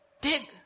dig